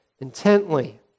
intently